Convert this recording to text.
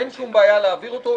אין שום בעיה להעביר אותו.